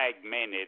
fragmented